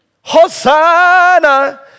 Hosanna